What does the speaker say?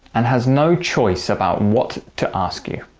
and has no choice about what to ask you.